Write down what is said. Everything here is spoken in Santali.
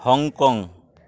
ᱦᱚᱝᱠᱚᱝ